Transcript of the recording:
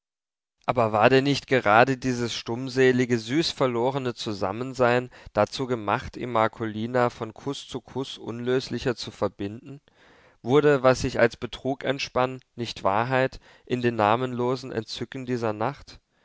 aber war denn nicht gerade dieses stummselige süßverlorene zusammensein dazu gemacht ihm marcolina von kuß zu kuß unlöslicher zu verbinden wurde was sich als betrug entspannen nicht wahrheit in den namenlosen entzückungen dieser nacht